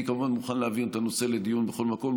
אני, כמובן, מוכן להעביר את הנושא לדיון בכל מקום.